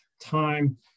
time